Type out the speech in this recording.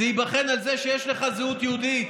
זה ייבחן על זה שיש לך זהות יהודית,